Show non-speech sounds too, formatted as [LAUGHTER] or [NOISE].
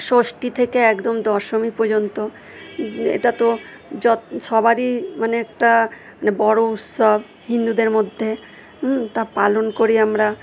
ষষ্ঠী থেকে একদম দশমী পর্যন্ত এটা তো যত সবারই মানে একটা [UNINTELLIGIBLE] বড়ো উৎসব হিন্দুদের মধ্যে তা পালন করি আমরা